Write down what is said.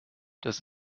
das